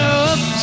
up